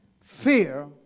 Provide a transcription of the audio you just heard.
Fear